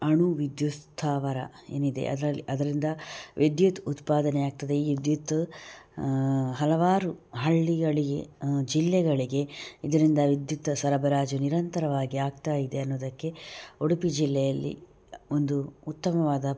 ಅಣು ವಿದ್ಯುತ್ ಸ್ಥಾವರ ಏನಿದೆ ಅದರಲ್ಲಿ ಅದರಿಂದ ವಿದ್ಯುತ್ ಉತ್ಪಾದನೆ ಆಗ್ತದೆ ಈ ವಿದ್ಯುತ್ ಹಲವಾರು ಹಳ್ಳಿಗಳಿಗೆ ಜಿಲ್ಲೆಗಳಿಗೆ ಇದರಿಂದ ವಿದ್ಯುತ್ತು ಸರಬರಾಜು ನಿರಂತರವಾಗಿ ಆಗ್ತಾಯಿದೆ ಅನ್ನೋದಕ್ಕೆ ಉಡುಪಿ ಜಿಲ್ಲೆಯಲ್ಲಿ ಒಂದು ಉತ್ತಮವಾದ